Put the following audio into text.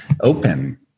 open